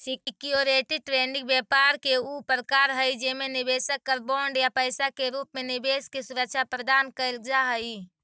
security trading व्यापार के ऊ प्रकार हई जेमे निवेशक कर बॉन्ड या पैसा के रूप में निवेश के सुरक्षा प्रदान कैल जा हइ